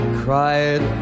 cried